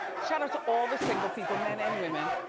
shout out to all the single people, men and women.